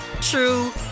true